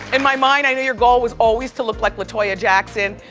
in my mind, i knew your goal was always to look like la toya jackson.